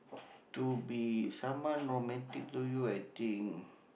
to be someone romantic to you I think